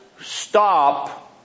stop